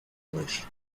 english